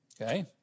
Okay